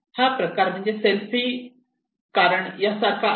हा प्रकार म्हणजे सेल्फी कारण या सारखा आहे